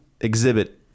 exhibit